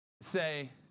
say